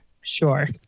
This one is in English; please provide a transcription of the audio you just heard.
Sure